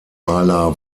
maler